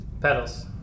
Pedals